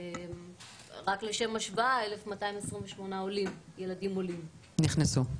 רק לשם השוואה, 1,228 ילדים עולים נכנסו.